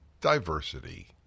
diversity